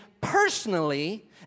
personally